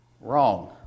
Wrong